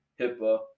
HIPAA